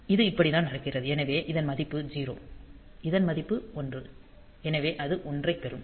இது இப்படி தான் நடக்கிறது எனவே இதன் மதிப்பு 0 இதன் மதிப்பு 1 எனவே அது 1 ஐப் பெறும்